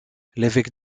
l’évêque